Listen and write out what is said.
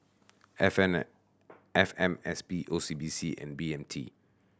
F N F M S P O C B C and B M T